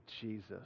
Jesus